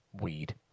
Weed